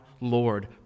Lord